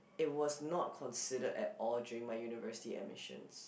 it was not considered at all during my university admissions